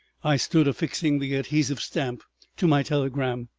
i stood affixing the adhesive stamp to my telegram.